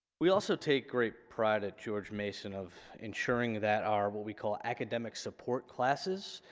we also take great pride at george mason of ensuring that our what we call academic support classes,